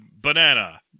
banana